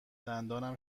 دندانم